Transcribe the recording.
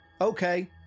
Okay